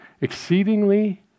exceedingly